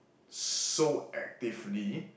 so actively